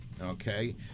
okay